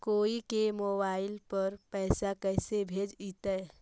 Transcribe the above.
कोई के मोबाईल पर पैसा कैसे भेजइतै?